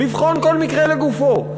לבחון כל מקרה לגופו.